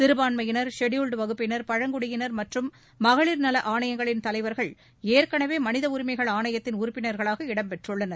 சிறுபாண்மையினர் scheduled வகுப்பினர் பழங்குடியினர் மற்றும் மகளிர் நல அணையங்களின் தலைவர்கள் ஏற்கனவே மனித உரிமைகள் ஆணையத்தின் உறுப்பினர்களாக இடம் பெற்றுள்ளனர்